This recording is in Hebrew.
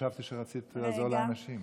חשבתי שרצית לעזור לאנשים.